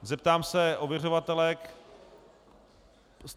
Zeptám se ověřovatelek.